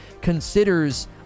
considers